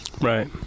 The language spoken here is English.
Right